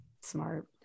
Smart